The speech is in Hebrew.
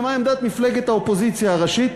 ומה עמדת מפלגת האופוזיציה הראשית,